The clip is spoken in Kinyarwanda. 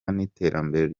n’iterambere